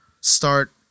start